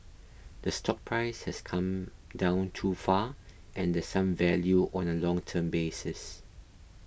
the stock price has come down too far and the some value on a long term basis